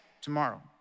tomorrow